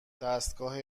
دستگاه